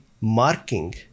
marking